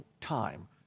time